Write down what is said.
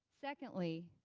secondly,